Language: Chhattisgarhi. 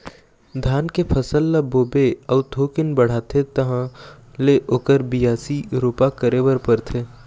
धान के फसल ल बोबे अउ थोकिन बाढ़थे तहाँ ले ओखर बियासी, रोपा करे बर परथे